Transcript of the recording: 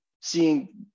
seeing